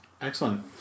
Excellent